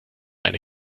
eine